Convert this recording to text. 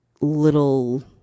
little